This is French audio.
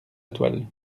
toile